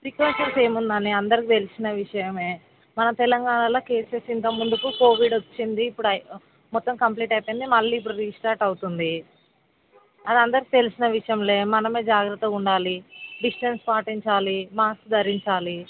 precautions ఏముందని అందరికి తెలిసిన విషయమే మన తెలంగాణలో కేసెస్ ఇంతక ముందుకు కోవిడ్ వచ్చింది ఇప్పుడు మొత్తం కంప్లీట్ అయిపోయింది మళ్ళీ ఇప్పుడు రీస్టార్ట్ అవుతుంది అది అందరికి తెలిసిన విషయం మనం జాగ్రత్తగా ఉండాలి డిస్టెన్స్ పాటించాలి మాస్క్ ధరించాలి